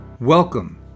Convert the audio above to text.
Welcome